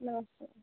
नमस्ते जी